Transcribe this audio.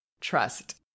trust